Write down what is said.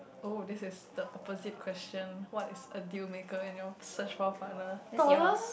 oh this the opposite question what is a deal maker in your search for a partner taller